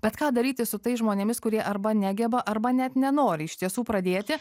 bet ką daryti su tais žmonėmis kurie arba negeba arba net nenori iš tiesų pradėti